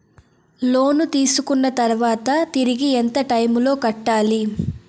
లోను తీసుకున్న తర్వాత తిరిగి ఎంత టైములో కట్టాలి